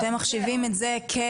אתם מחשיבים את זה כמפעל?